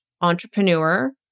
entrepreneur